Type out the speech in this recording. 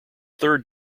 third